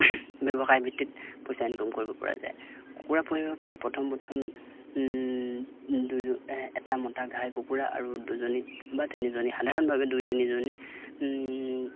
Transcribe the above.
ব্যৱসায় ভিত্তিত পইচা ইনকাম কৰিব পৰা যায় কুকুৰা পুহিবলৈ প্ৰথম প্ৰথম দুই এটা মতা ঘাই কুকুৰা আৰু দুজনীত বা তিনিজনী সাধাৰণভাৱে দুই তিনিজনী